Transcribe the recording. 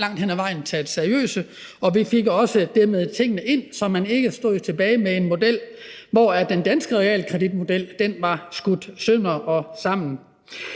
langt hen ad vejen blev taget seriøst, og at vi dermed også fik tingene ind, så man ikke stod tilbage med en model, hvor den danske realkreditmodel var skudt sønder og sammen.